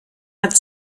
hat